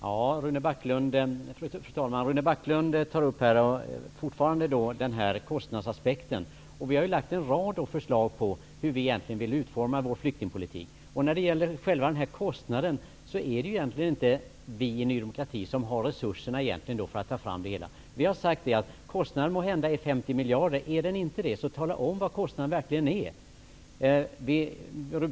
Fru talman! Rune Backlund tar fortfarande upp kostnadsaspekten. Vi har lagt fram en rad förslag om hur vi vill utforma flyktingpolitiken. Ny demokrati har egentligen inte resurser för att ta fram den här kostnaden. Vi har sagt att kostnaden måhända är 50 miljarder. Om den inte är det, tala då om vad den verkligen är!